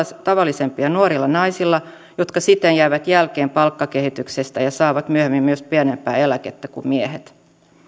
tavallisempia nuorilla naisilla jotka sitten jäävät jälkeen palkkakehityksestä ja saavat myöhemmin myös pienempää eläkettä kuin miehet